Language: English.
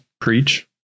Preach